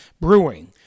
Brewing